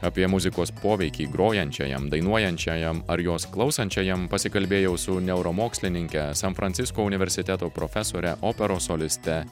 apie muzikos poveikį grojančiajam dainuojančiajam ar jos klausančiajam pasikalbėjau su neuromokslininke san francisko universiteto profesore operos soliste